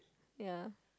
ya